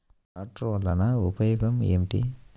ట్రాక్టర్లు వల్లన ఉపయోగం ఏమిటీ?